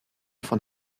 von